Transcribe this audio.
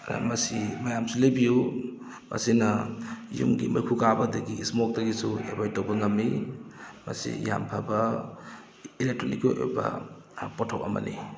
ꯃꯁꯤ ꯃꯌꯥꯝꯁꯨ ꯂꯩꯕꯤꯎ ꯃꯁꯤꯅ ꯌꯨꯝꯒꯤ ꯃꯩꯈꯨ ꯀꯥꯕꯗꯒꯤ ꯏꯁꯃꯣꯛꯇꯒꯤꯁꯨ ꯑꯦꯕꯣꯏꯗ ꯇꯧꯕ ꯉꯝꯃꯤ ꯃꯁꯤ ꯌꯥꯝꯅ ꯐꯕ ꯏꯂꯦꯛꯇ꯭ꯔꯣꯅꯤꯛꯀꯤ ꯑꯣꯏꯕ ꯄꯣꯠꯊꯣꯛ ꯑꯃꯅꯤ